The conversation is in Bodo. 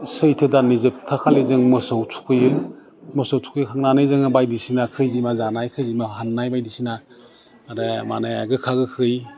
सैथो दाननि जोबथा खालि जों मोसौ थुखैयो मोसौ थुखैखांनानै जोङो बायदिसिना खैजिमा जानाय खैजिमा हान्नाय बायदिसिना आरो माने गोखा गोखै